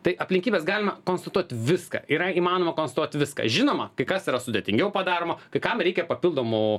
tai aplinkybes galima konstatuot viską yra įmanoma konstuot viską žinoma kai kas yra sudėtingiau padaroma kai kam reikia papildomų